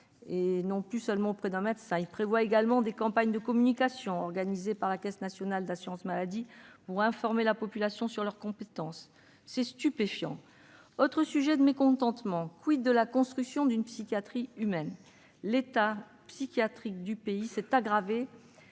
et non plus seulement d'un médecin. Il prévoit également des campagnes de communication organisées par la Caisse nationale de l'assurance maladie pour informer la population sur leurs compétences ! C'est stupéfiant ! J'en viens à un autre sujet de mécontentement : de la construction d'une psychiatrie humaine ? L'état psychiatrique du pays s'est aggravé